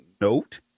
Note